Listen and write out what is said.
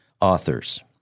authors